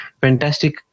fantastic